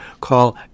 call